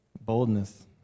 Boldness